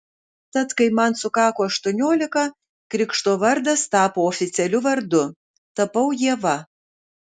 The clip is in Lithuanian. tad kai man sukako aštuoniolika krikšto vardas tapo oficialiu vardu tapau ieva